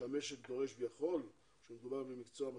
שהמשק דורש ויכול, כאשר מדובר במקצוע מסורתי,